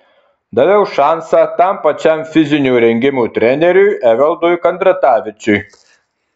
daviau šansą tam pačiam fizinio rengimo treneriui evaldui kandratavičiui